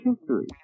history